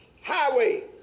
highway